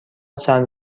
چند